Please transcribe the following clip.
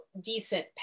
decent